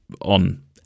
on